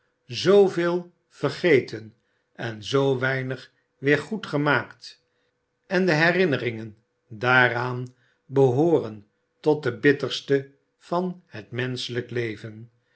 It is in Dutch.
zooveel vergeten en zoo weinig weer goedgemaakt en de herinneringen daaraan behooren tot de bitterste van het menscheiijk leven